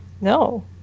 No